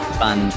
fun